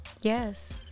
Yes